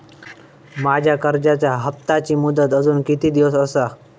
माझ्या कर्जाचा हप्ताची मुदत अजून किती दिवस असा?